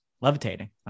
Levitating